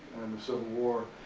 civil war.